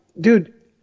dude